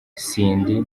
cindy